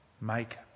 make